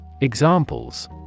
Examples